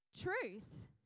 truth